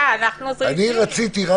רציתי רק